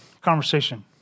conversation